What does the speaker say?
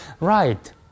right